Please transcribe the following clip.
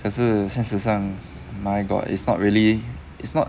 可是现实上 my god is not really it's not